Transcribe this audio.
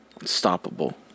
unstoppable